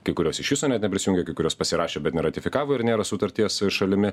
kai kurios iš viso net neprisijungė kai kurios pasirašė bet neratifikavo ir nėra sutarties šalimi